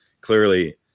clearly